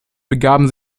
begaben